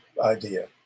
idea